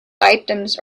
items